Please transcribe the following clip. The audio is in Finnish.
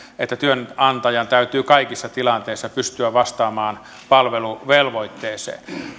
että työnantajan täytyy kaikissa tilanteissa pystyä vastaamaan palveluvelvoitteeseen